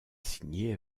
signé